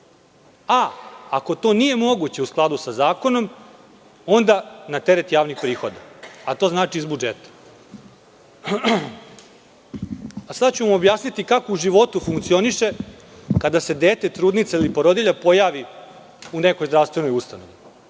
a ako to nije moguće u skladu sa zakonom, onda na teret javnih prihoda, a to znači iz budžeta. Sada ću vam objasniti kako u životu funkcioniše kada se dete trudnice ili porodilje pojavi u nekoj zdravstvenoj ustanovi